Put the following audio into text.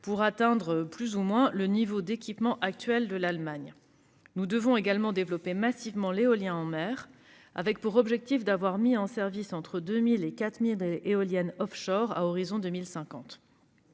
pour atteindre alors plus ou moins le niveau d'équipement actuel de l'Allemagne. Nous devons également développer massivement l'éolien en mer, avec pour objectif d'avoir mis en service entre 2 000 et 4 000 éoliennes offshore à l'horizon de 2050.